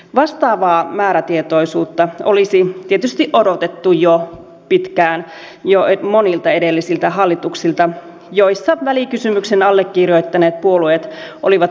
vastaavaa määrätietoisuutta olisi tietysti odotettu jo pitkään jo monilta edellisiltä hallituksilta joissa välikysymyksen allekirjoittaneet puolueet olivat itsekin mukana